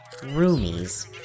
roomies